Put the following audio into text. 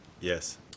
Yes